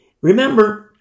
remember